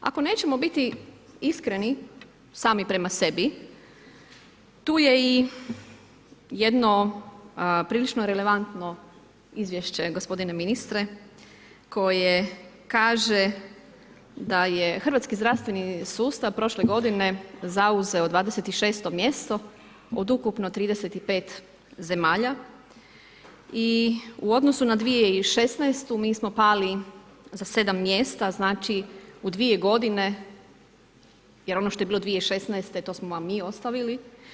Ako nećemo biti iskreni sami prema sebi, tu je i jedno prilično relevantno izvješće gospodine ministre, koji kaže, da je hrvatski zdravstveni sustav, prošle g. zauzeo 26 mjesto od ukupno 35 zemalja i u odnosu na 2016. mi smo pali za 7 mjesta, znači u 2 g. jer ono što je bilo 2016. to smo vam mi ostavili.